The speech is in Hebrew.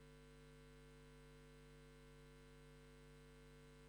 1. מה מה היו השיקולים שהובילו לסגירת היחידה לקידום נוער באופקים?